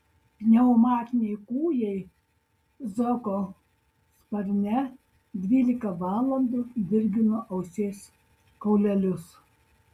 pneumatiniai kūjai zoko sparne dvylika valandų dirgino ausies kaulelius